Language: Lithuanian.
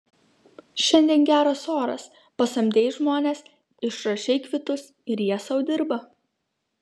šiandien geras oras pasamdei žmones išrašei kvitus ir jie sau dirba